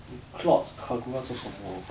if clots kagura 做什么